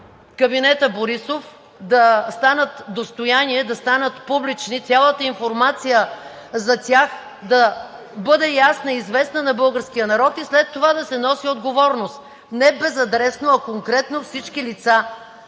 кабинета „Борисов“ да станат достояние, да станат публични, цялата информация за тях да бъде ясна и известна на българския народ и след това да се носи отговорност – не безадресно, а конкретно от всички лица,